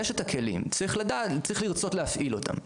יש את הכלים, צריך לרצות להפעיל אותם.